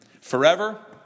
Forever